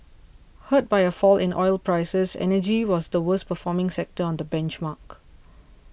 hurt by a fall in oil prices energy was the worst performing sector on the benchmark